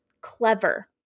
clever